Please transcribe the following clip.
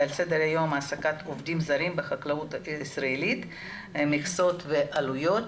על סדר היום העסקת עובדים זרים בחקלאות הישראלית מכסות ועלויות.